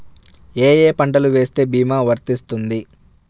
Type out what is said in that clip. ఏ ఏ పంటలు వేస్తే భీమా వర్తిస్తుంది?